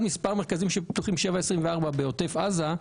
מספר מרכזים שפתוחים 7/24 בעוטף עזה,